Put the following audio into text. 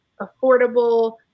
affordable